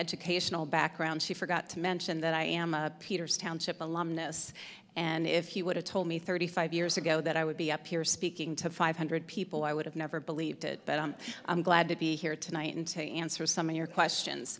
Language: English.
educational background she forgot to mention that i am a peters township alumnus and if you would have told me thirty five years ago that i would be up here speaking to five hundred people i would have never believed it but i'm glad to be here tonight and to answer some of your questions